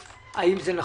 אם זה נכון,